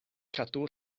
cadw